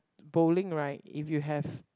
bowling right if you have